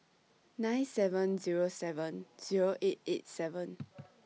nine seven Zero seven Zero eight eight seven